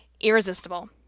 irresistible